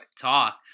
talk